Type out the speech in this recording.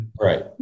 right